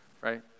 right